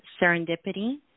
Serendipity